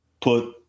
put